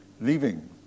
leaving